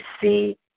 see